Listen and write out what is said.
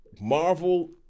Marvel